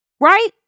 right